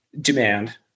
demand